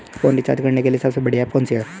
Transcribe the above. Phone recharge करने के लिए सबसे बढ़िया ऐप कौन सी है?